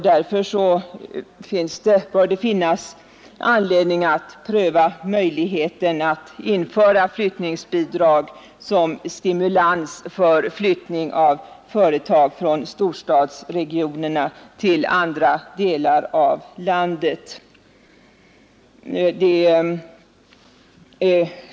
Därför bör det finnas anledning att pröva möjligheten att införa flyttningsbidrag som stimulans för flyttning av företag från storstadsregionerna till andra delar av landet.